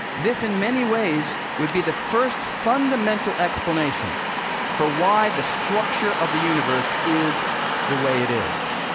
this in many ways would be the first fundamental explanation for why the structure of the universe is the way it is.